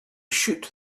shoot